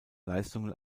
leistungen